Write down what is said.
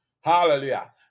Hallelujah